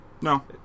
No